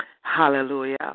Hallelujah